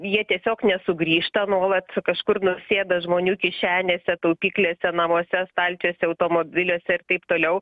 jie tiesiog nesugrįžta nuolat kažkur nusėda žmonių kišenėse taupyklėse namuose stalčiuose automobiliuose ir taip toliau